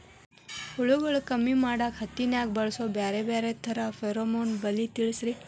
ಹುಳುಗಳು ಕಮ್ಮಿ ಮಾಡಾಕ ಹತ್ತಿನ್ಯಾಗ ಬಳಸು ಬ್ಯಾರೆ ಬ್ಯಾರೆ ತರಾ ಫೆರೋಮೋನ್ ಬಲಿ ತಿಳಸ್ರಿ